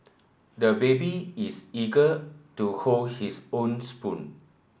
the baby is eager to hold his own spoon